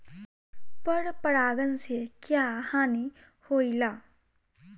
पर परागण से क्या हानि होईला?